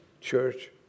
church